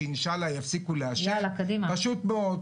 פשוט מאוד.